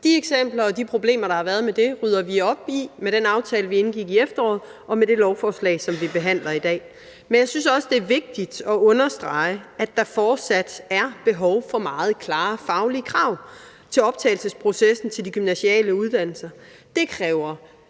De eksempler og de problemer, der har været med det, rydder vi op i med den aftale, vi indgik i efteråret, og med det lovforslag, som vi behandler i dag. Men jeg synes også, det er vigtigt at understrege, at der fortsat er behov for meget klare faglige krav til optagelsesprocessen til de gymnasiale uddannelser.